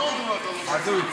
הוא לא אמר,